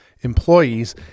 employees